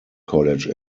college